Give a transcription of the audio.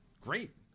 Great